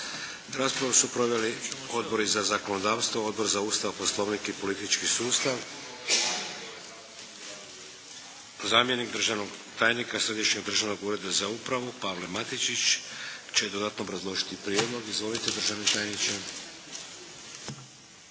Raspravu su proveli Odbor za zakonodavstvo, Odbor za Ustav, poslovnik i politički sustav. Zamjenik državnog tajnika Središnjeg državnog ureda za upravu Pavle Matičić će dodatno obrazložiti prijedlog. Izvolite, državni tajniče.